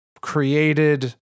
created